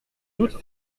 doute